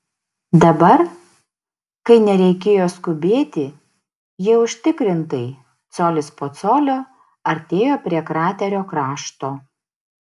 dabar kai nereikėjo skubėti jie užtikrintai colis po colio artėjo prie kraterio krašto